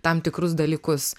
tam tikrus dalykus